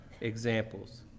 examples